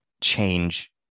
change